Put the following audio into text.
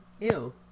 Ew